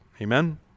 amen